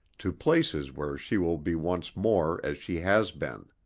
to places where she will be once more as she has been.